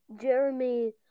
Jeremy